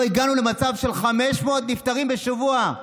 לא הגענו למצב של 500 נפטרים בשבוע,